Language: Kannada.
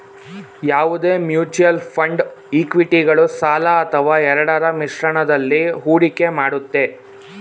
ಯಾವುದೇ ಮ್ಯೂಚುಯಲ್ ಫಂಡ್ ಇಕ್ವಿಟಿಗಳು ಸಾಲ ಅಥವಾ ಎರಡರ ಮಿಶ್ರಣದಲ್ಲಿ ಹೂಡಿಕೆ ಮಾಡುತ್ತೆ